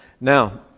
Now